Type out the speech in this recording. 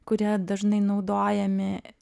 kurie dažnai naudojami